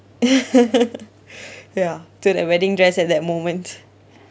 ya to that wedding dress at that moment